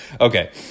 okay